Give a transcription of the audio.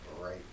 right